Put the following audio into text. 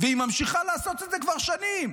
והיא ממשיכה לעשות את זה כבר שנים.